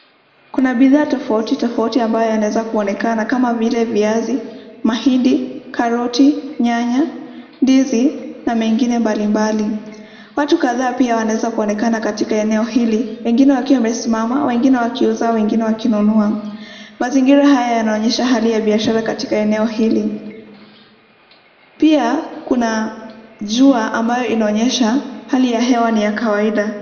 Kuna bidhaa tofauti tofauti ambayo yanaweza kuonekana, kama vile viazi, mahindi, karoti, nyanya, ndizi, na mengine mbalimbali. Watu kadhaa pia wanaweza kuonekana katika eneo hili, wengine wakiwa wamesimama, wengine wakiuza, Wengine wakinunua. Mazingira haya yanaonyesha hali ya biashara katika eneo hili. Pia, kuna jua ambayo inaonyesha hali ya hewa ni ya kawaida.